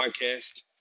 podcast